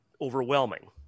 overwhelming